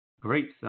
Great